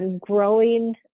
growing